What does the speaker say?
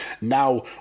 now